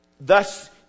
Thus